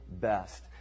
best